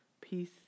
peace